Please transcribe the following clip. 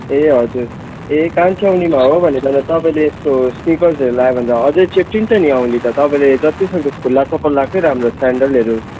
ए हजुर ए कान्छी औंँलीमा हो भने तपाईँले यस्तो स्निकर्सहरू लायो भन्त अझै चेप्टिन्छ नि औँली त तपाईँले जति सक्दो खुला चप्पल लगाएकै राम्रो स्यान्डलहरू